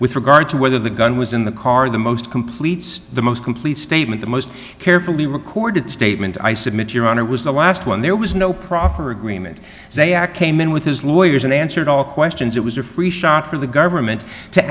with regard to whether the gun was in the car the most complete the most complete statement the most carefully recorded statement i submit your honor was the last one there was no proffer agreement they act came in with his lawyers and answered all questions it was a free shot for the government to